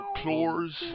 claws